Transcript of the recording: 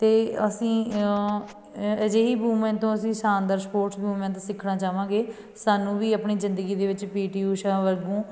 ਅਤੇ ਅਸੀਂ ਅਜਿਹੀ ਵੂਮੈਨ ਤੋਂ ਅਸੀਂ ਸ਼ਾਨਦਾਰ ਸਪੋਰਟਸ ਵੂਮੈਨ ਤੋਂ ਸਿੱਖਣਾ ਚਾਹਵਾਂਗੇ ਸਾਨੂੰ ਵੀ ਆਪਣੀ ਜ਼ਿੰਦਗੀ ਦੇ ਵਿੱਚ ਪੀ ਟੀ ਊਸ਼ਾ ਵਾਂਗੂੰ